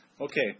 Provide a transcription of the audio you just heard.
Okay